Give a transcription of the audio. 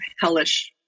hellish